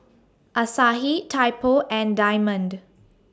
Asahi Typo and Diamond